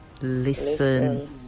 listen